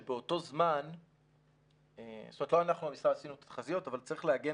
לא אנחנו המשרד עשינו את התחזיות אבל צריך להגן